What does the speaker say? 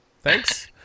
Thanks